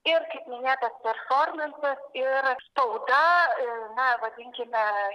ir kaip minėtas performansas ir spauda na vadinkime